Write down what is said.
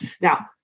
Now